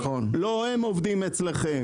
ולא שהם עובדים אצלכם.